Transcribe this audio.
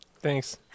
Thanks